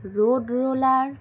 road roller